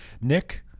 Nick